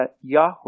Yahweh